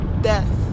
death